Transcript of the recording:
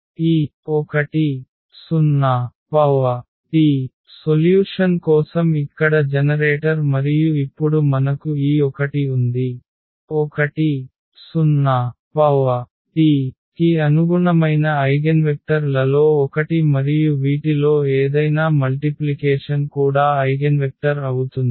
ఈ 10T solution కోసం ఇక్కడ జనరేటర్ మరియు ఇప్పుడు మనకు ఈ 1 ఉంది 10Tకి అనుగుణమైన ఐగెన్వెక్టర్ లలో ఒకటి మరియు వీటిలో ఏదైనా మల్టిప్లికేషన్ కూడా ఐగెన్వెక్టర్ అవుతుంది